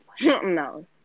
No